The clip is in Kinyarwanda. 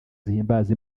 zihimbaza